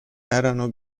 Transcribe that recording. erano